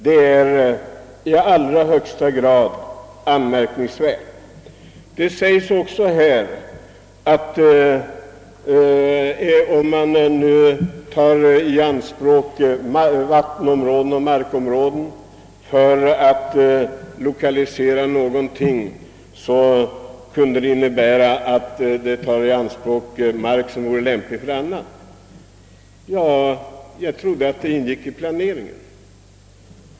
Det anföres vidare att det är möjligt »att lokalisering av en industri till en viss plats innebär att mark tas i anspråk som bättre skulle kunna användas för andra ändamål». Jag trodde att en viss styrning av utvecklingen ingick i planeringen.